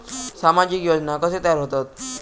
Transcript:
सामाजिक योजना कसे तयार होतत?